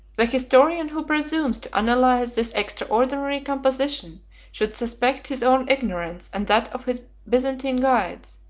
the historian who presumes to analyze this extraordinary composition should suspect his own ignorance and that of his byzantine guides,